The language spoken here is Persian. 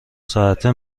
ساعته